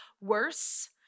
worse